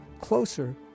closer